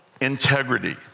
integrity